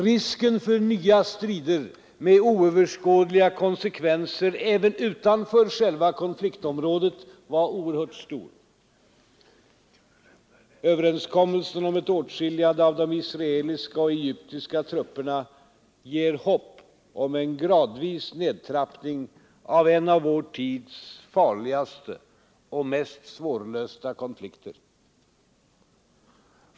Risken för nya strider med oöverskådliga konsekvenser även utanför själva konfliktområdet var oerhört stor. Överenskommelsen om ett åtskiljande av de israeliska och egyptiska trupperna ger hopp om en gradvis nedtrappning av en av vår tids farligaste och mest svårlösta konflikter.